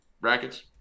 Brackets